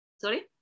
Sorry